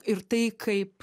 ir tai kaip